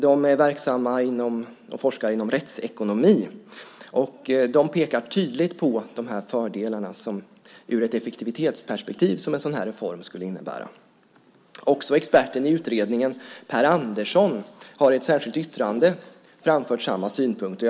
De forskar inom rättsekonomi, och de pekar tydligt på de fördelar ur ett effektivitetsperspektiv som en sådan här reform skulle innebära. Också experten i utredningen, Pär Andersson, har i ett särskilt yttrande framfört samma synpunkter.